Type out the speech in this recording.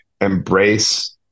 embrace